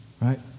Right